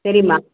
சரிம்மா